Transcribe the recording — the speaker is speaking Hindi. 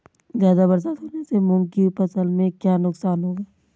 ज़्यादा बरसात होने से मूंग की फसल में क्या नुकसान होगा?